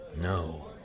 No